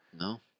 no